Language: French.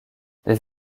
des